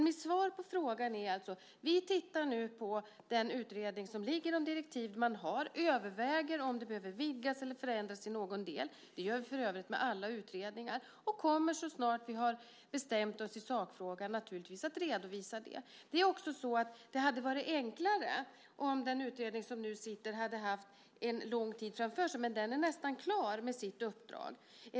Mitt svar på frågan är alltså att vi nu tittar på den utredning som finns och de direktiv man har, och vi överväger om de behöver vidgas eller förändras till någon del - det gör vi för övrigt med alla utredningar - och kommer så snart vi har bestämt oss i sakfrågan naturligtvis att redovisa det. Det hade också varit enklare om den utredning som nu sitter hade haft en lång tid framför sig, men den är nästan klar med sitt uppdrag.